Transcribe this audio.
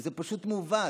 שזה פשוט מעוות.